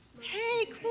hey